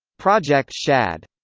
project shad